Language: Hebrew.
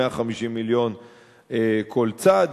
150 מיליון כל צד.